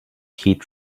heat